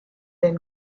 then